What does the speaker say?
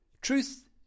Truth